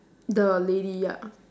the lady ya